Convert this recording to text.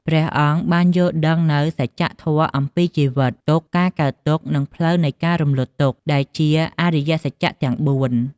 ព្រះអង្គបានយល់ដឹងនូវសច្ចធម៌អំពីជីវិត ទុក្ខ ការកើតទុក្ខ និងផ្លូវនៃការរំលត់ទុក្ខ ដែលជា អរិយសច្ចៈទាំង៤។